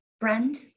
brand